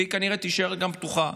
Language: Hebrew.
והיא כנראה תישאר גם פתוחה: